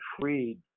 freed